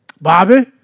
Bobby